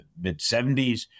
mid-70s